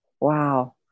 Wow